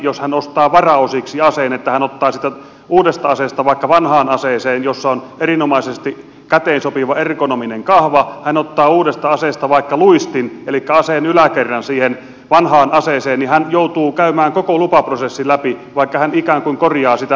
jos hän ostaa varaosiksi aseen että hän ottaa siitä uudesta aseesta vaikka vanhaan aseeseen jossa on erinomaisesti käteen sopiva ergonominen kahva hän ottaa uudesta aseesta vaikka luistin elikkä aseen yläkerran siihen vanhaan aseeseen niin hän joutuu käymään koko lupaprosessin läpi vaikka hän ikään kuin korjaa sitä vanhaa asetta